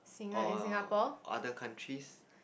or other countries